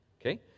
Okay